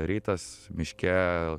rytas miške